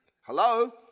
Hello